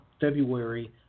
February